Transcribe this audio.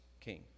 king